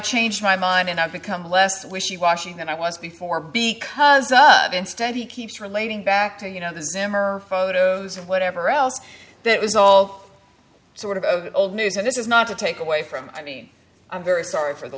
changed my mind and i've become less wishy washy than i was before because that instead he keeps relating back to you know the zimmer photos and whatever else it was all sort of old news and this is not to take away from i mean i'm very sorry for the